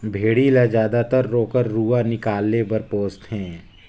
भेड़ी ल जायदतर ओकर रूआ निकाले बर पोस थें